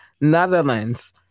Netherlands